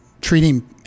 treating